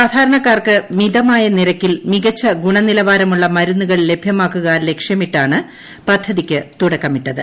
സാധാരണക്കാർക്ക് മിതമായ നിരക്കിൽ മികച്ച ഗുണനിലവാരമുള്ള മരുന്നുകൾ ലഭ്യമാക്കുക ലക്ഷ്യമിട്ടാണ് പദ്ധതിക്ക് തുടക്കമിട്ടത്